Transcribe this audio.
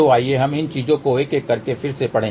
तो आइए हम इन चीजों को एक एक करके फिर से पढ़ें